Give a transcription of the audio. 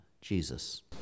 Jesus